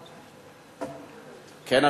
כן,